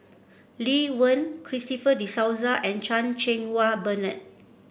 Lee Wen Christopher De Souza and Chan Cheng Wah Bernard